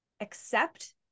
accept